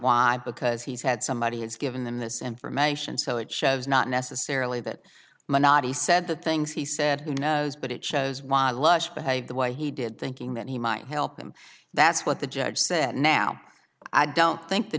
why because he's had somebody who's given this information so it shows not necessarily that might not be said the things he said who knows but it shows why lush behaved the way he did thinking that he might help him that's what the judge said now i don't think the